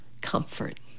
comfort